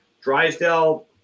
Drysdale